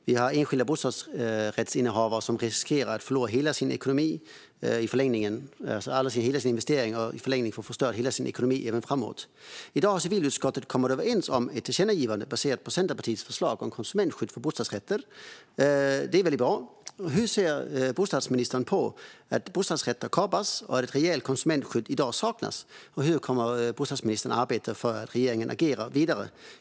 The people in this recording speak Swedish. Vi har enskilda bostadsrättsinnehavare som riskerar att förlora alla sina investeringar, och i förlängningen kan hela deras ekonomi förstöras. I dag har civilutskottet kommit överens om ett tillkännagivande baserat på Centerpartiets förslag om konsumentskydd för bostadsrätter. Det är bra. Hur ser bostadsministern på att bostadsrätter kapas och att ett reellt konsumentskydd saknas i dag? Hur kommer bostadsministern att arbeta för att regeringen ska agera vidare?